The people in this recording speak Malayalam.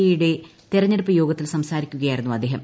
എ യുടേ തിരെഞ്ഞെടുപ്പ് യോഗത്തിൽ സംസാരിക്കുകയായിരുന്നു അദ്ദേഹം